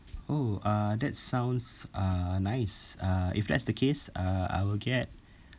oh uh that sounds uh nice uh if that's the case uh I will get